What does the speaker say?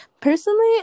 Personally